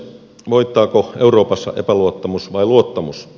voittaako euroopassa epäluottamus vai luottamus